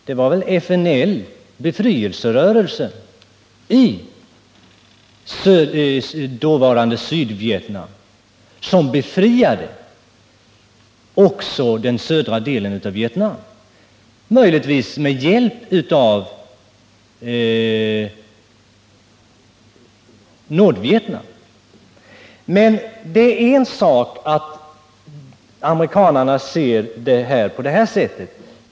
Det var befrielserörelsen, FNL, i dåvarande Sydvietnam som befriade också den södra delen av Vietnam, möjligtvis med hjälp av dåvarande Nordvietnam. Det är en sak att amerikanarna ser detta på det sätt som utrikesministern angav.